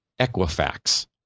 Equifax